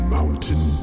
Mountain